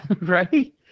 right